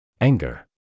Anger